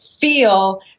feel